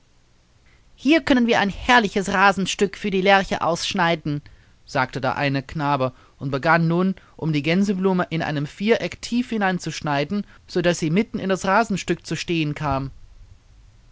hier können wir ein herrliches rasenstück für die lerche ausschneiden sagte der eine knabe und begann nun um die gänseblume in einem viereck tief hineinzuschneiden sodaß sie mitten in das rasenstück zu stehen kam